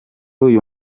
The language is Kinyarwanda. uyu